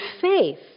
faith